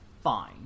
fine